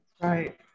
right